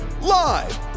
Live